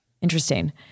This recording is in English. Interesting